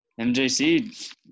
MJC